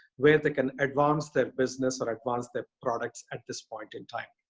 where they can advance their business or advance their products at this point in time.